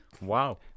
wow